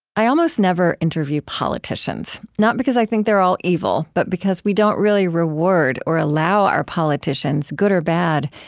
i almost never interview politicians not because i think they're all evil, but because we don't really reward or allow our politicians, good or bad,